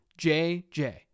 JJ